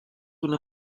una